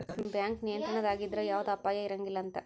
bank ನಿಯಂತ್ರಣದಾಗಿದ್ರ ಯವ್ದ ಅಪಾಯಾ ಇರಂಗಿಲಂತ್